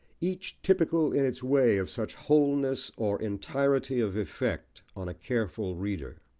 each typical in its way of such wholeness or entirety of effect on a careful reader.